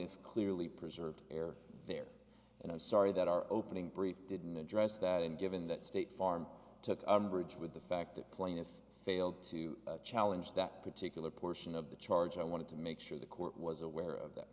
plaintiff clearly preserved air there and i'm sorry that our opening brief didn't address that and given that state farm took bridge with the fact that plaintiff failed to challenge that particular portion of the charge i wanted to make sure the court was aware of that